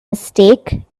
mistake